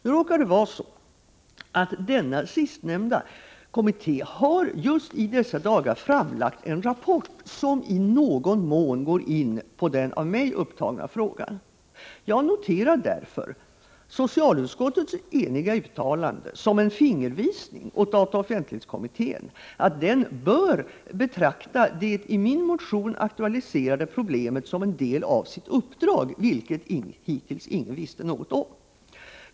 Nu råkar det vara så, att den sistnämnda kommittén just i dessa dagar har framlagt en rapport som i någon mån går in på den av mig upptagna frågan. Jag noterar därför socialutskottets enhälliga uttalande som en fingervisning åt dataoch offentlighetskommittén att den bör betrakta det i min motion aktualiserade problemet som en del av sitt uppdrag, vilken hittills ingen visste något om.